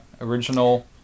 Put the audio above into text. original